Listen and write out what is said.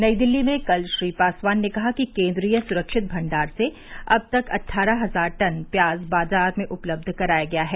नई दिल्ली में कल श्री पासवान ने कहा कि केंद्रीय सुरक्षित भंडार से अब तक अट्ठारह हजार टन प्याज बाजार में उपलब्ध कराया गया है